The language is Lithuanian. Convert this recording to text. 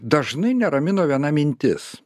dažnai neramino viena mintis